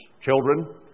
children